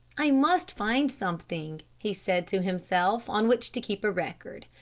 i must find something, he said to himself on which to keep a record.